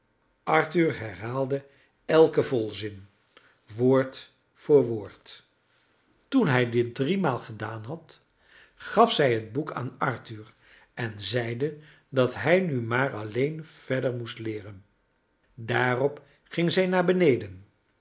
arthur herhaalde elken volzin woord voor woord toen hij dit driemaal gedaan had gaf zij het boek aan arthur en zeide dat hij nu maar alleen verder moest leeren daarop ging zij naar beneden